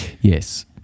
Yes